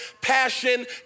passion